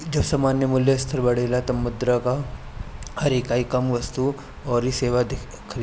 जब सामान्य मूल्य स्तर बढ़ेला तब मुद्रा कअ हर इकाई कम वस्तु अउरी सेवा खरीदेला